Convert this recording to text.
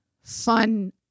fun